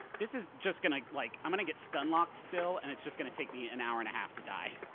this is just gonna like, i'm gonna get stun-locked still, and it's just gonna take me an hour and a half to die.